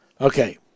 Okay